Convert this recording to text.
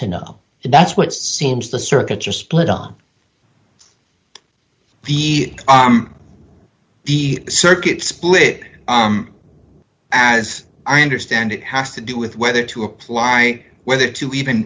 to know and that's what seems the circuits are split on the arm the circuit split as i understand it has to do with whether to apply whether to even